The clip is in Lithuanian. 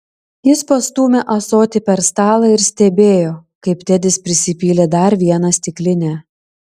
jis pastūmė ąsotį per stalą ir stebėjo kaip tedis prisipylė dar vieną stiklinę